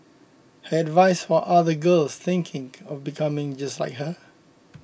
her advice for other girls thinking of becoming just like her